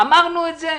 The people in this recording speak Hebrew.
אמרנו את זה.